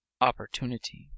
Opportunity